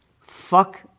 Fuck